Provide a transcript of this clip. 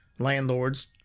Landlords